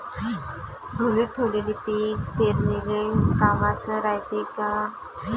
ढोलीत ठेवलेलं पीक पेरनीले कामाचं रायते का?